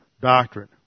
doctrine